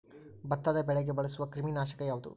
ಭತ್ತದ ಬೆಳೆಗೆ ಬಳಸುವ ಕ್ರಿಮಿ ನಾಶಕ ಯಾವುದು?